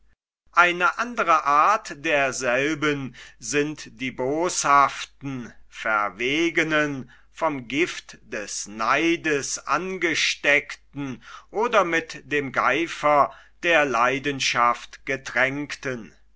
eine andere art derselben sind die boshaften verwegenen vom gift des neides angesteckten oder mit dem geifer der leidenschaft getränkten